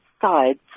sides